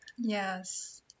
yes